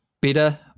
better